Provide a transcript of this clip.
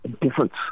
difference